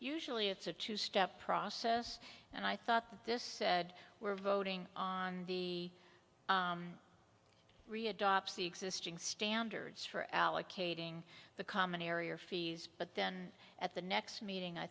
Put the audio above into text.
usually it's a two step process and i thought this said we're voting on the re adopts the existing standards for allocating the common area fees but then at the next meeting i